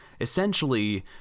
Essentially